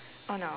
oh no